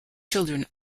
children